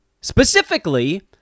Specifically